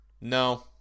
No